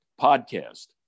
podcast